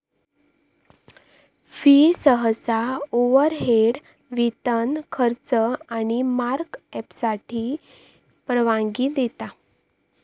fee सहसा overhead, वेतन, खर्च आणि मार्कअपसाठी परवानगी देता